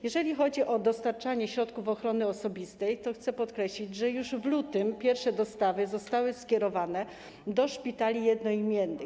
Jeżeli chodzi o dostarczanie środków ochrony osobistej, to chcę podkreślić, że już w lutym pierwsze dostawy zostały skierowane do szpitali jednoimiennych.